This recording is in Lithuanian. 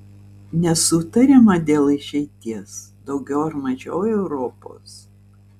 nesutariama dėl išeities daugiau ar mažiau europos